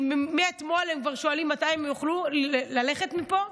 שמאתמול הם כבר שואלים מתי הם יוכלו ללכת מפה.